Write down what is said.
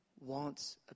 wants